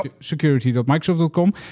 security.microsoft.com